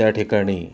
त्या ठिकाणी